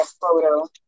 photo